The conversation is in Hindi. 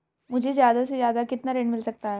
मुझे ज्यादा से ज्यादा कितना ऋण मिल सकता है?